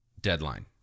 deadline